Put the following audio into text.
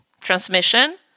transmission